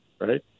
right